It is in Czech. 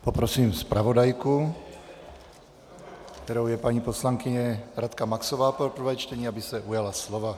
Poprosím zpravodajku, kterou je paní poslankyně Radka Maxová pro první čtení, aby se ujala slova.